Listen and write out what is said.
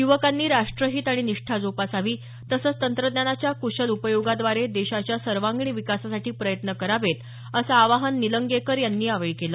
युवकांनी राष्ट्रहीत आणि निष्ठा जोपासावी तसंच तंत्रज्ञानाच्या क्शल उपयोगाद्वारे देशाच्या सर्वांगीण विकासासाठी प्रयत्न करावेत असं आवाहन निलंगेकर यांनी यावेळी केलं